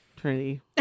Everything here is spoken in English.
Trinity